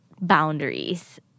boundaries